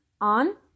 on